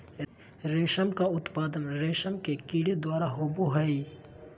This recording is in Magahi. रेशम का उत्पादन रेशम के कीड़े द्वारा होबो हइ